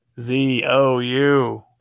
Z-O-U